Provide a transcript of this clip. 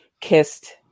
kissed